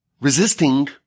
resisting